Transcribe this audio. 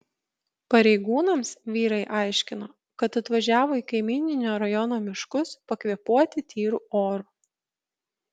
pareigūnams vyrai aiškino kad atvažiavo į kaimyninio rajono miškus pakvėpuoti tyru oru